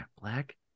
black